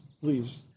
please